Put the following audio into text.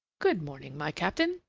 good-morning, my captain,